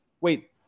wait